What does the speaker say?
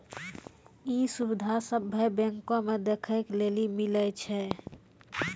इ सुविधा सभ्भे बैंको मे देखै के लेली मिलै छे